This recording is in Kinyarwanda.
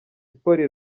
siporo